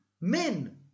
men